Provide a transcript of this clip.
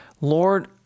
Lord